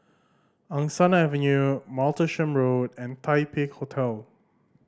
Angsana Avenue Martlesham Road and Taipei Hotel